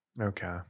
okay